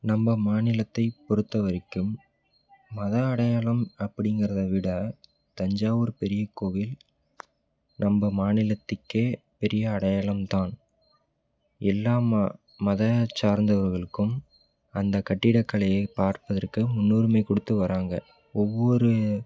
நம்ம மாநிலத்தை பொறுத்தவரைக்கும் மத அடையாளம் அப்படிங்கிறதை விட தஞ்சாவூர் பெரிய கோவில் நம்ம மாநிலத்திற்கே பெரிய அடையாளம் தான் எல்லா மத சார்ந்தவர்களுக்கும் அந்தக் கட்டிடக்கலையைப் பார்ப்பதற்கு முன்னுரிமை குடுத்து வர்றாங்க ஒவ்வொரு